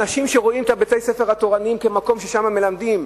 אנשים רואים את בתי-הספר התורניים כמקום ששם מלמדים,